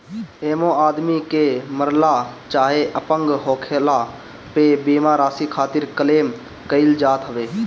एमे आदमी के मरला चाहे अपंग होखला पे बीमा राशि खातिर क्लेम कईल जात हवे